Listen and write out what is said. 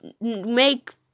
make